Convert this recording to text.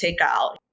takeout